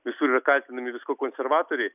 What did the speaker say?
visur yra kaltinami viskuo konservatoriai